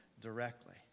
directly